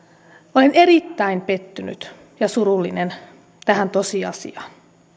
olen erittäin pettynyt ja surullinen tästä tosiasiasta